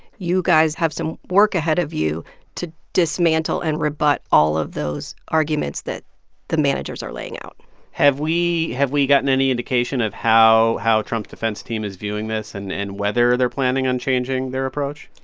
you guys have some work ahead of you to dismantle and rebut all of those arguments that the managers are laying out have we have we gotten any indication of how how trump's defense team is viewing this and and whether they're planning on changing their approach?